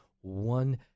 one